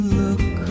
look